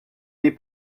n’est